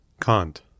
Kant